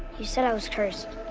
you said i was cursed.